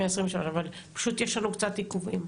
המאה 23, אבל פשוט יש לנו קצת עיכובים.